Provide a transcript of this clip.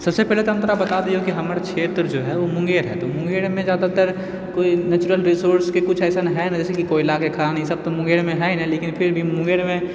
सभसँ पहिले तऽ हम तोरा बता दियौ हमर जे क्षेत्र जो हय ओ मुंगेर हय मुंगेर मे ज्यादातर कोइ नेचुरल रिसोर्स के कुछ अइसन हय नइ जैसे कोइला के खान ई सभ तऽ मुंगेर मे हय नइ लेकिन फिर भी मुंगेर मे